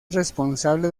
responsable